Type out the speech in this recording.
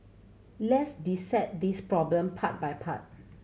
let's dissect this problem part by part